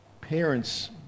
parents